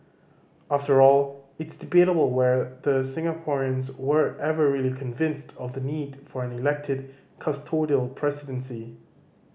after all it's debatable whether Singaporeans were ever really convinced of the need for an elected custodial presidency